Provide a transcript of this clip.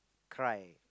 cry